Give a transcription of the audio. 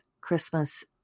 christmas